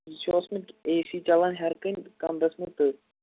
یہِ چھُ اوسمُت اے سی چلان ہیرٕ کَنہِ کَمرَس منٛز تٔتھۍ